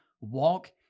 walk